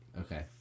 Okay